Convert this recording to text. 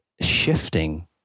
shifting